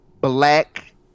Black